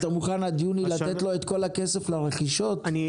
אתה מוכן לתת לו את כל הכסף לרכישות עד יוני?